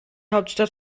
hauptstadt